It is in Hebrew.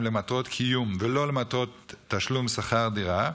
למטרות קיום ולא למטרות תשלום שכר דירה,